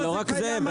לא רק זה,